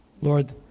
Lord